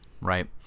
Right